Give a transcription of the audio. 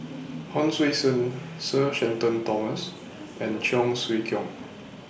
Hon Sui Sen Sir Shenton Thomas and Cheong Siew Keong